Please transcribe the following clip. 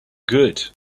good